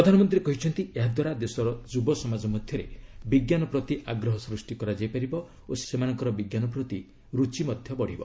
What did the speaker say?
ପ୍ରଧାନମନ୍ତ୍ରୀ କହିଛନ୍ତି ଏହାଦ୍ୱାରା ଦେଶର ଯୁବସମାଜ ମଧ୍ୟରେ ବିଜ୍ଞାନ ପ୍ରତି ଆଗ୍ରହ ସୃଷ୍ଟି କରାଯାଇପାରିବ ଓ ସେମାନଙ୍କର ବିଜ୍ଞାନ ପ୍ରତି ରୁଚି ବଢ଼ିବ